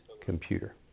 computer